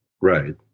right